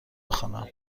بخوانم